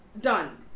done